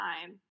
time